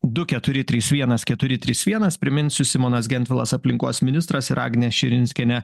du keturi trys vienas keturi trys vienas priminsiu simonas gentvilas aplinkos ministras ir agnė širinskienė